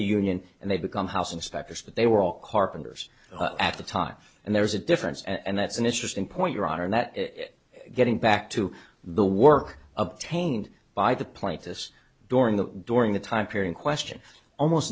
the union and they become house inspectors but they were all carpenters at the time and there's a difference and that's an interesting point your honor and that getting back to the work of taint by the pointis during the during the time period question almost